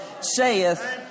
saith